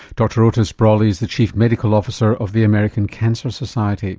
dr otis brawley is the chief medical officer of the american cancer society